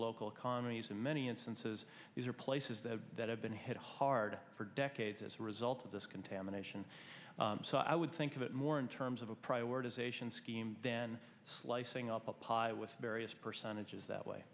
local economies in many instances these are places that have been hit hard for decades as a result of this contamination so i would think of it more in terms of a prioritization scheme than slicing up a pie with various percentages that way